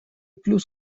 плюс